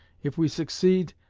if we succeed,